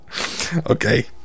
okay